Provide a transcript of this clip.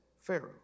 Pharaoh